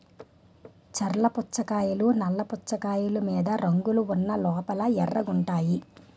చర్ల పుచ్చకాయలు నల్ల పుచ్చకాయలు మీద రంగులు ఉన్న లోపల ఎర్రగుంటాయి